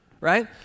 Right